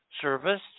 service